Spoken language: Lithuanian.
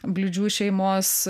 bliūdžių šeimos